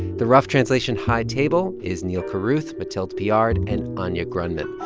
the rough translation high table is neal carruth, mathilde piard and anya grundmann.